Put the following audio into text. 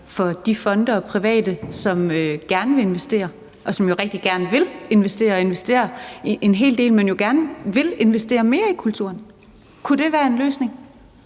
for de fonde og private, som jo rigtig gerne vil investere en hel del og gerne vil investere mere i kulturen. Kunne det være en løsning?